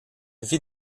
vit